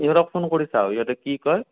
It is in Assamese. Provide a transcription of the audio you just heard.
ইহঁতক ফোন কৰি চাওঁ ইহঁতে কি কয়